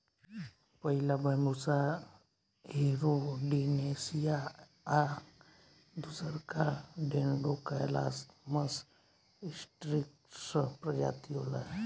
पहिला Bambusa arundinacea आ दूसरका डेन्ड्रोकैलामस स्ट्रीक्ट्स प्रजाति होला